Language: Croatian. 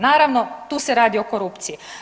Naravno tu se radi o korupciji.